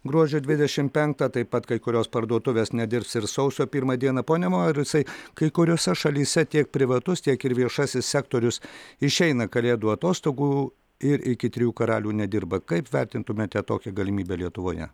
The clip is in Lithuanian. gruodžio dvidešim penktą taip pat kai kurios parduotuvės nedirbs ir sausio pirmą dieną pone mauricai kai kuriose šalyse tiek privatus tiek ir viešasis sektorius išeina kalėdų atostogų ir iki trijų karalių nedirba kaip vertintumėte tokią galimybę lietuvoje